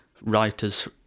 writers